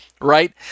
right